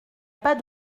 pas